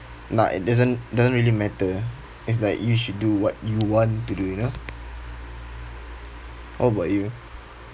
not it doesn't doesn't really matter it's like you should do what you want to do you know how about you